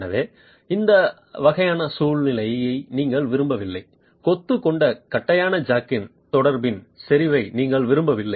எனவே அந்த வகையான சூழ்நிலையை நீங்கள் விரும்பவில்லை கொத்து கொண்ட தட்டையான ஜாக்கின் தொடர்பின் செறிவை நீங்கள் விரும்பவில்லை